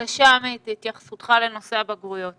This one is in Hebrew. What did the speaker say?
הבגרויות